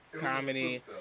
comedy